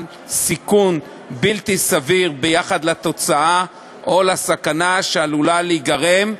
סיכון בלתי סביר ביחס לתוצאה או לסכנה שעלולה להיגרם.